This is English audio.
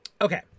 Okay